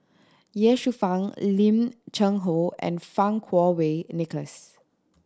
Ye Shufang Lim Cheng Hoe and Fang Kuo Wei Nicholas